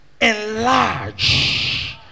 Enlarge